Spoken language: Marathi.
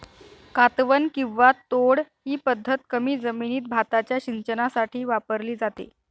कातवन किंवा तोड ही पद्धत कमी जमिनीत भाताच्या सिंचनासाठी वापरली जाते